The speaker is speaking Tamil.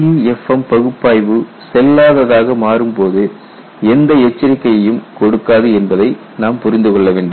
LEFM பகுப்பாய்வு செல்லாததாக மாறும்போது எந்த எச்சரிக்கையும் கொடுக்காது என்பதை நாம் புரிந்து கொள்ள வேண்டும்